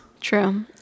true